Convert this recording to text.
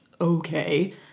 okay